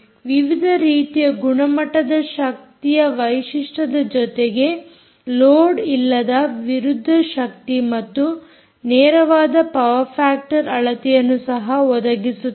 ವಿವಿಧ ರೀತಿಯ ಗುಣಮಟ್ಟದ ಶಕ್ತಿಯ ವೈಶಿಷ್ಯದ ಜೊತೆಗೆ ಲೋಡ್ ಇಲ್ಲದ ವಿರುದ್ಧ ಶಕ್ತಿ ಮತ್ತು ನೇರವಾದ ಪವರ್ ಫಾಕ್ಟರ್ ಅಳತೆಯನ್ನು ಸಹ ಒದಗಿಸಲಾಗುತ್ತದೆ